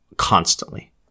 Constantly